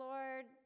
Lord